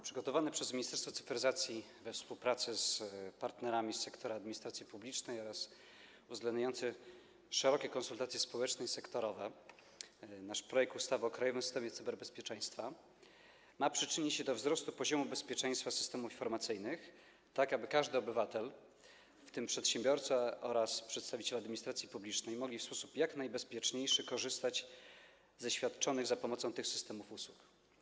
Przygotowany przez Ministerstwo Cyfryzacji we współpracy z partnerami z sektora administracji publicznej, uwzględniający szerokie konsultacje społeczne i sektorowe, nasz projekt ustawy o krajowym systemie cyberbezpieczeństwa ma przyczynić się do wzrostu poziomu bezpieczeństwa systemów informacyjnych, tak aby każdy obywatel, w tym przedsiębiorca oraz przedstawiciele administracji publicznej, mógł w sposób jak najbezpieczniejszy korzystać ze świadczonych za pomocą tych systemów usług.